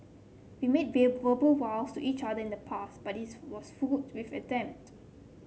we made verbal vows to each other in the past but it was full attempt